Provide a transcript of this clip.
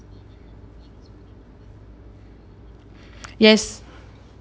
yes